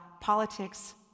politics